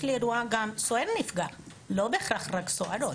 יש לי אירוע שגם סוהר נפגע, לא בהכרח רק סוהרות.